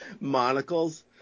monocles